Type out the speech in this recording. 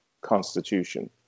constitution